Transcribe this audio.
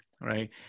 Right